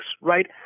right